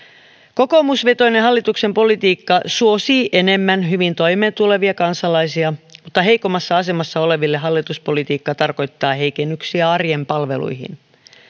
kokoomusvetoinen hallituksen politiikka suosii enemmän hyvin toimeentulevia kansalaisia mutta heikommassa asemassa oleville hallituspolitiikka tarkoittaa heikennyksiä arjen palveluihin